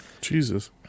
jesus